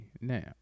Now